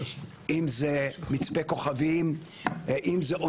אם זה מצפה כוכבים,